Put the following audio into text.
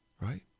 Right